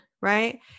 right